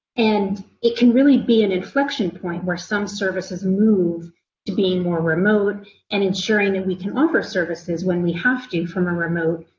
and it can really be an inflexion point where some services move to be more remote and to ensure and that we can offer services, when we have to, from a remote